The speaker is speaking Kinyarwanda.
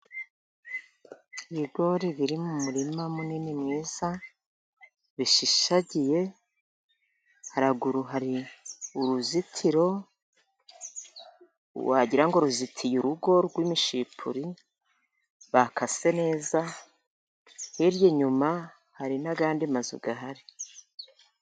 Ibigori biri mu murima munini mwiza, bishishagiye haraguru hari uruzitiro, wagira ngo ruzitiye urugo rw'imishipuri bakase neza, hirya inyuma hari n'ayandi mazu ahari.